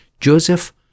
Joseph